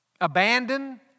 abandon